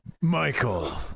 Michael